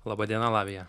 laba diena latvija